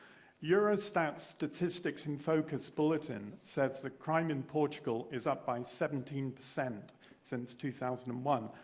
eurostat's statistics and focus bulletin sets the crime in portugal is up by seventeen percent since two thousand and one.